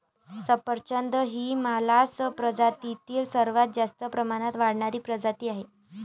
सफरचंद ही मालस प्रजातीतील सर्वात जास्त प्रमाणात वाढणारी प्रजाती आहे